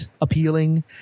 appealing